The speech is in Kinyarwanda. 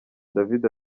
david